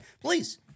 Please